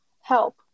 help